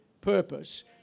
purpose